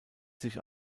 sich